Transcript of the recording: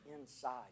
inside